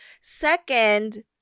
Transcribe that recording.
second